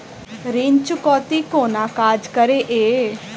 ऋण चुकौती कोना काज करे ये?